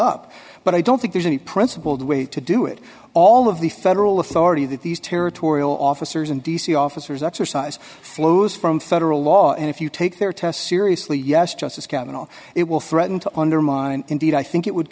up but i don't think there's any principled way to do it all of the federal authority that these territorial officers and d c officers exercise flows from federal law and if you take their test seriously yes justice can all it will threaten to undermine indeed i think it would